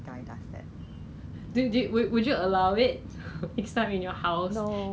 like the booklet is comes in like two dollars two dollars in a set